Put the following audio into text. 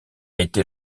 été